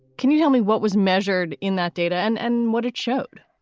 can you tell me what was measured in that data and and what it showed?